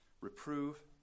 Reprove